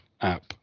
app